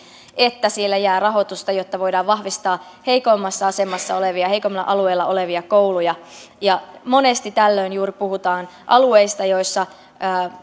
että sille jää rahoitusta jotta voidaan vahvistaa heikoimmassa asemassa olevia heikommilla alueilla olevia kouluja monesti tällöin juuri puhutaan alueista joilla